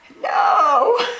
No